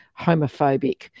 homophobic